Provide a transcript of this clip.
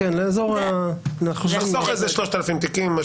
נחסוך איזה 3,000 תיקים.